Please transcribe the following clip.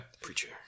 preacher